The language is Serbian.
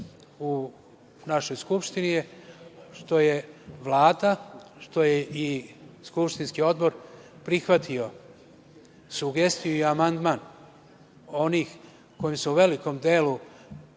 u našoj Skupštini, je što je Vlada i što je i skupštinski odbor prihvatio sugestiju i amandman onih kojih se u velikom delu